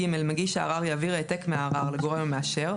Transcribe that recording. (ג)מגיש הערר יעביר העתק מהערר לגורם המאשר,